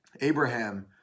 Abraham